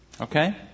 Okay